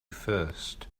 first